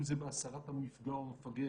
אם זה בהסרת המפגע או המפגע